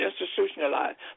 institutionalized